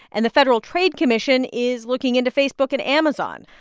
and the federal trade commission is looking into facebook and amazon.